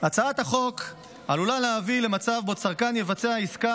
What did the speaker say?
הצעת החוק עלולה להביא למצב שבו צרכן יבצע עסקה